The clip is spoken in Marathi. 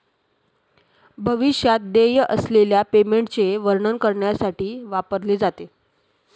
भविष्यात देय असलेल्या पेमेंटचे वर्णन करण्यासाठी वापरले जाते